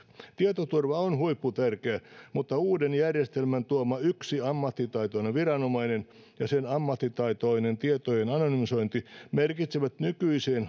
tietoturva on huipputärkeää mutta uuden järjestelmän tuoma yksi ammattitaitoinen viranomainen ja sen ammattitaitoinen tietojen anonymisointi merkitsevät nykyiseen